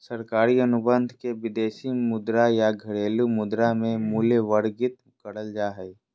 सरकारी अनुबंध के विदेशी मुद्रा या घरेलू मुद्रा मे मूल्यवर्गीत करल जा हय